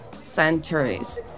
centuries